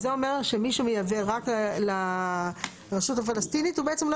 זה אומר שמי שמייבא רק לרשות הפלסטינית הוא בעצם לא